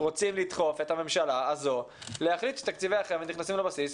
רוצים לדחוף את הממשלה הזו להחליט שתקציבי החמ"ד נכנסים לבסיס,